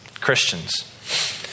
Christians